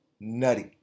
nutty